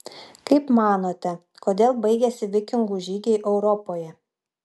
kaip manote kodėl baigėsi vikingų žygiai europoje